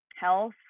health